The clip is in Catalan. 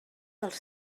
dels